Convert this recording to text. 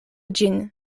ĝin